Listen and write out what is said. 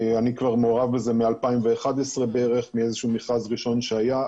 אני כבר מעורב בזה מ-2011 בערך מאיזשהו מכרז ראשון שהיה,